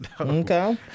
Okay